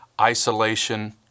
isolation